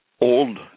old